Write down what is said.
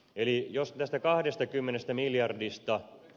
eli jos näistä kahdestakymmenestä miljardista